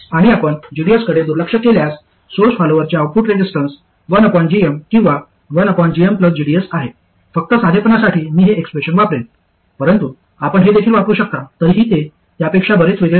आणि आपण gds कडे दुर्लक्ष केल्यास सोर्स फॉलोअरचे आउटपुट रेजिस्टन्स 1gm किंवा 1gmgds आहे फक्त साधेपणासाठी मी हे एक्सप्रेशन वापरेन परंतु आपण हे देखील वापरू शकता तरीही ते त्यापेक्षा बरेच वेगळे होणार नाही